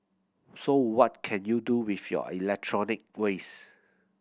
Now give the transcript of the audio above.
so what can you do with your electronic waste